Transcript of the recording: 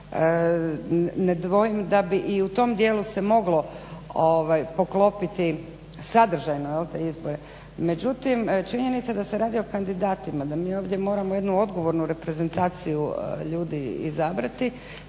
ne dvojim da bi i u tom dijelu se moglo poklopiti sadržajno te izbore. Međutim, činjenica je da se radi o kandidatima, da mi ovdje moramo jednu odgovornu reprezentaciju ljudi izabrati.